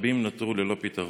ורבים נותרו ללא פתרון.